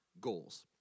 Goals